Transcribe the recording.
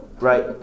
Right